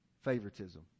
favoritism